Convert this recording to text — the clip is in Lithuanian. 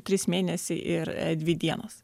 trys mėnesiai ir dvi dienos